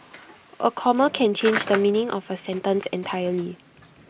A comma can change the meaning of A sentence entirely